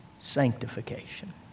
sanctification